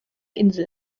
insel